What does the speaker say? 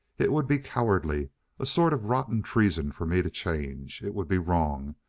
it would be cowardly a sort of rotten treason for me to change. it would be wrong.